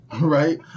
right